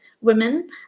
women